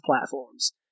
platforms